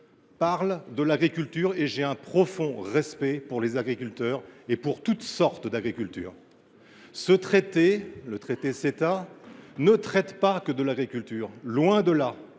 qu’à l’agriculture. J’ai un profond respect pour les agriculteurs, et pour toutes sortes d’agricultures ; mais le Ceta ne traite pas que de l’agriculture, loin de là.